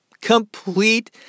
Complete